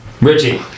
Richie